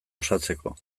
osatzeko